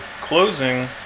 Closing